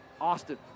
Austin